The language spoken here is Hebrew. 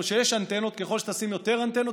ככל שתשים יותר אנטנות,